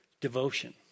devotion